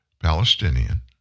Palestinian